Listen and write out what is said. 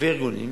וארגונים